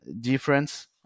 difference